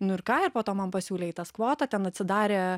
nu ir ką ir po to man pasiūlei į tą kvotą ten atsidarė